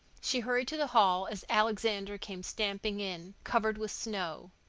she hurried to the hall as alexander came stamping in, covered with snow.